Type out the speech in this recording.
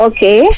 Okay